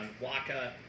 Waka